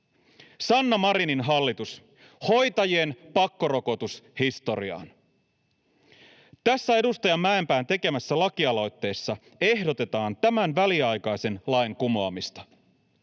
Sanna Marinin hallitus, hoitajien pakkorokotus historiaan! Tässä edustaja Mäenpään tekemässä lakialoitteessa ehdotetaan tämän väliaikaisen lain kumoamista.